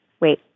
wait